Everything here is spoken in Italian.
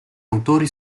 autori